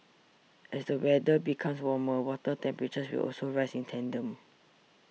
as the weather becomes warmer water temperatures will also rise in tandem